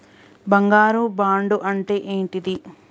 బంగారు బాండు అంటే ఏంటిది?